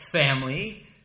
family